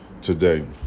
today